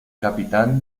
capitán